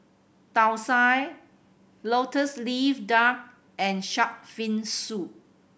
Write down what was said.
Thosai Lotus Leaf Duck and shark fin soup